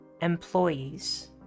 employees